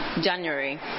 January